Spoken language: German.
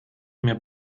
mir